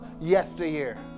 yesteryear